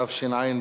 התשע"ב